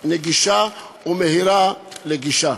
נגישה ומהירה לגישה.